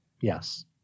Yes